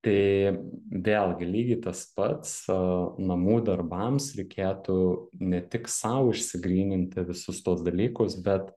tai vėlgi lygiai tas pats a namų darbams reikėtų ne tik sau išsigryninti visus tuos dalykus bet